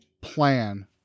plan